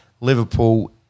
Liverpool